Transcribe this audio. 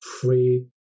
free